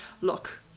Look